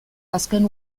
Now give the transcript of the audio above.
azken